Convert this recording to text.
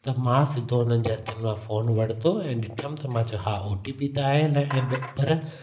त मां सिधो उन्हनि जे हथनि मां फ़ोन वरितो ऐं ॾिठमि त मां चयो हा ओ टी पी त आयल आहे ऐं पर